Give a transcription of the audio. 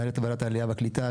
מנהלת ועדת העלייה והקליטה,